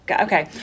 okay